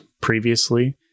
previously